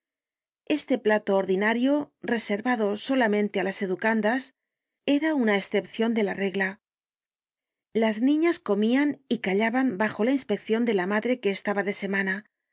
este plato ordinario reservado solamente á las educandas era una escepcion de la regla las niñas comían y callaban bajo la inspeccion de la madre que estaba de semana